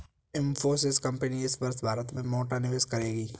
Infosys company इस वर्ष भारत में मोटा निवेश करेगी